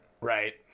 Right